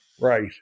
right